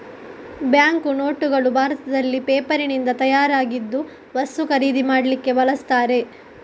bank ನೋಟುಗಳು ಭಾರತದಲ್ಲಿ ಪೇಪರಿನಿಂದ ತಯಾರಾಗಿದ್ದು ವಸ್ತು ಖರೀದಿ ಮಾಡ್ಲಿಕ್ಕೆ ಬಳಸ್ತಾರೆ